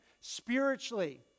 spiritually